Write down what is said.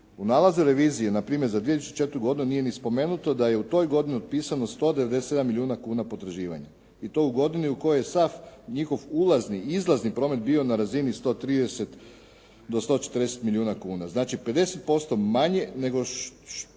U nalazu revizije npr. za 2004. godinu nije ni spomenuto da je u toj godini otpisano 197 milijuna kuna potraživanja. I to u godini u kojoj je sav njihov ulazni i izlazni promet bio na razini 130 do 140 milijuna kuna. Znači 50% manje prometa nego